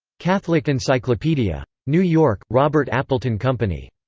catholic encyclopedia. new york robert appleton company.